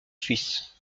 suisse